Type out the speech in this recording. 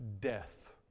death